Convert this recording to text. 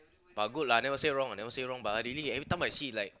but good lah never say wrong never say wrong but really every time I see like